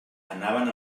anaven